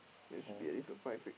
there should be at least a five six